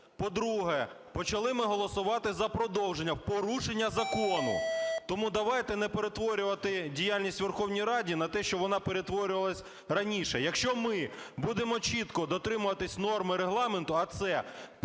По-друге, почали ми голосувати за продовження в порушення закону. Тому давайте не перетворювати діяльність у Верховній Раді на те, що вона перетворювалась раніше. Якщо ми будемо чітко дотримуватись норм Регламенту, а це: